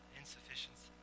insufficiency